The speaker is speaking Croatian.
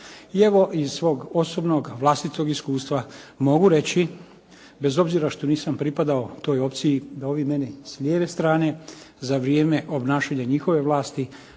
I evo iz svog osobnog vlastitog iskustva mogu reći bez obzira što nisam pripadao toj opciji da ovi meni s lijeve strane za vrijeme obnašanja njihove vlasti